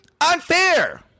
Unfair